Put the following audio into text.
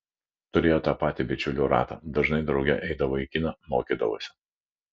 turėjo tą patį bičiulių ratą dažnai drauge eidavo į kiną mokydavosi